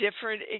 different